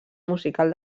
musical